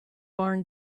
barn